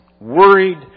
worried